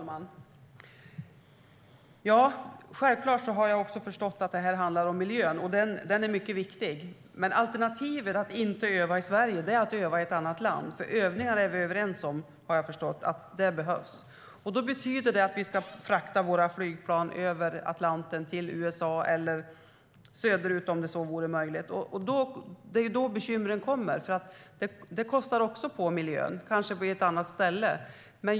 Fru talman! Jag har självklart förstått att det här handlar om miljön. Och den är mycket viktig. Men alternativet till att inte öva i Sverige är att öva i ett annat land; vad jag har förstått är vi överens om att övningar behövs. Det betyder då att vi ska frakta våra flygplan över Atlanten, till USA, eller om möjligt söderut. Det är då bekymren kommer. Det kostar nämligen också på för miljön, även om det kanske blir på ett annat ställe.